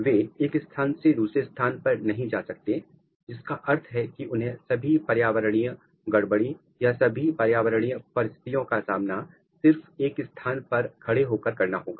वे एक स्थान से दूसरे स्थान पर नहीं जा सकते जिसका अर्थ है कि उन्हें सभी पर्यावरणीय गड़बड़ी या सभी पर्यावरणीय परिस्थितियों का सामना सिर्फ एक स्थान पर खड़े होकर करना होगा